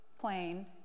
plane